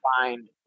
find